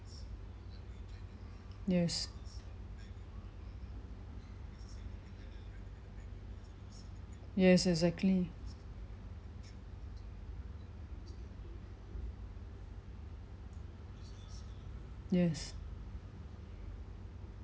yes yes exactly yes